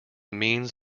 means